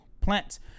plants